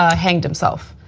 ah hanged himself.